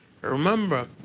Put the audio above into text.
Remember